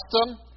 custom